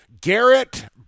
Garrett